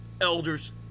elders